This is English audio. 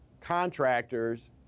contractors